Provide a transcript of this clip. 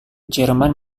jerman